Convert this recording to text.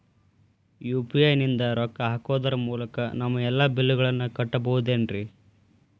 UPI ನಿಂದ ರೊಕ್ಕ ಹಾಕೋದರ ಮೂಲಕ ನಮ್ಮ ಎಲ್ಲ ಬಿಲ್ಲುಗಳನ್ನ ಕಟ್ಟಬಹುದೇನ್ರಿ?